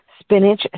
Spinach